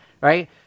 right